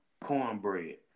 cornbread